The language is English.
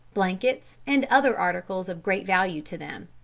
blankets, and other articles of great value to them.